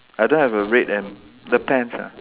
I don't have a red and the pants ah